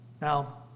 Now